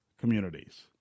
communities